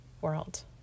world